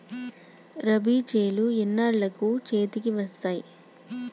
రబీ చేలు ఎన్నాళ్ళకు చేతికి వస్తాయి?